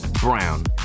Brown